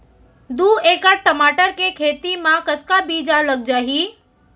दू एकड़ टमाटर के खेती मा कतका बीजा लग जाही?